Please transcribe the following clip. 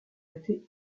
été